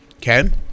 Ken